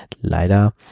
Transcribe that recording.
Leider